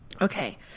Okay